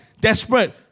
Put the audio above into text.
Desperate